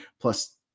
Plus